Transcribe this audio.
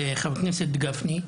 חבר הכנסת גפני,